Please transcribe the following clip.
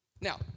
now